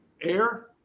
air